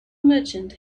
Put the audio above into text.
merchant